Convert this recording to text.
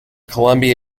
columbia